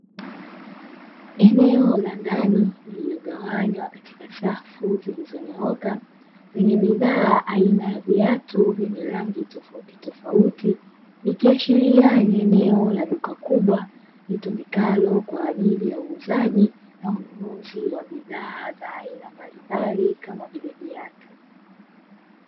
Eneo la ndani, lililogawanywa katika safu zilizonyooka, lenye bidhaa aina ya viatu vyenye rangi tofautitofauti. Ikiashiria ni eneo la duka kubwa litumikalo kwa ajili ya uuzaji na ununuzi wa bidhaa za aina mbalimbali, kama vile viatu.